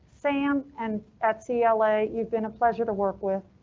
sam and at so yeah cla you've been a pleasure to work with.